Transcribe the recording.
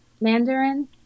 Mandarin